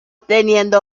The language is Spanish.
teniendo